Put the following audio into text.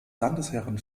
landesherren